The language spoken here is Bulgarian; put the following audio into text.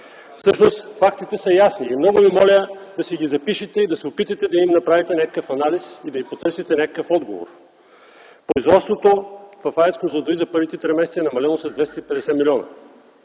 Всъщност фактите са ясни и много Ви моля да си ги запишете и да се опитате да им направите някакъв анализ и да им потърсите някакъв отговор. Производството в АЕЦ „Козлодуй” за първите три месеца е намаляло с 250 млн.